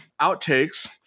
Outtakes